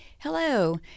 Hello